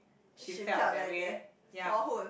she felt that way ya